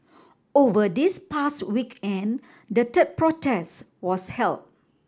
over this past weekend the third protest was held